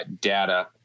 data